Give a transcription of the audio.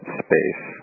space